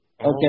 Okay